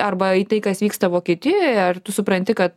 arba į tai kas vyksta vokietijoje ir tu supranti kad